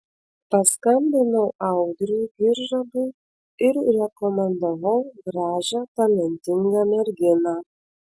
paskambinau audriui giržadui ir rekomendavau gražią talentingą merginą